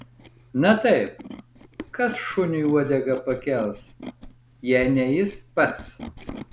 na taip kas šuniui uodegą pakels jei ne jis pats